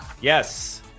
Yes